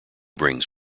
brings